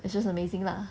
it's just amazing lah